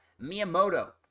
Miyamoto